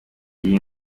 iyi